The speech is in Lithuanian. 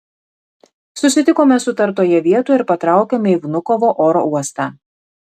susitikome sutartoje vietoje ir patraukėme į vnukovo oro uostą